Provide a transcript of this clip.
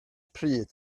pryd